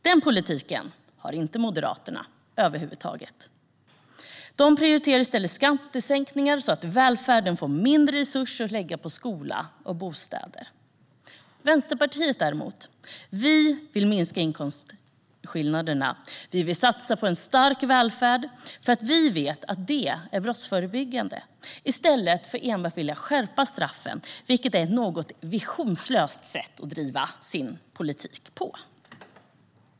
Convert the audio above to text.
Den politiken har inte Moderaterna över huvud taget. De prioriterar i stället skattesänkningar så att välfärden får mindre resurser att lägga på skola och bostäder. Vänsterpartiet däremot vill minska inkomstskillnaderna. Vi vill satsa på en stark välfärd för att vi vet att det är brottsförebyggande i stället för att enbart vilja skärpa straffen, vilket är ett något visionslöst sätt att bedriva sin politik på.